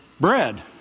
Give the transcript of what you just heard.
bread